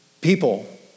people